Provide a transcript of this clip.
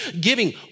giving